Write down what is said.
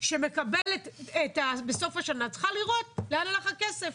שמקבלת בסוף השנה, צריכה לראות לאן הלך הכסף.